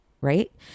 right